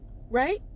right